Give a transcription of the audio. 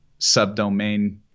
subdomain